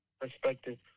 perspective